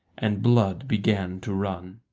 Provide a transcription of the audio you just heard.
and blood began to run.